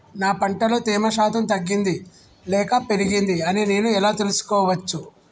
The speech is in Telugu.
నా పంట లో తేమ శాతం తగ్గింది లేక పెరిగింది అని నేను ఎలా తెలుసుకోవచ్చు?